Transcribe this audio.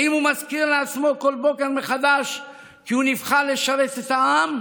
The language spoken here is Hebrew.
האם הוא מזכיר לעצמו בכל בוקר מחדש כי הוא נבחר לשרת את העם,